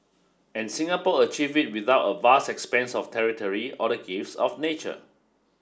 and Singapore achieved it without a vast expanse of territory or the gifts of nature